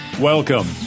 Welcome